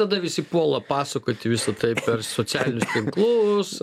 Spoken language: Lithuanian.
tada visi puola pasakoti visa tai per socialinius tinklus